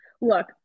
look